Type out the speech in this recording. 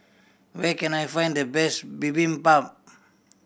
where can I find the best Bibimbap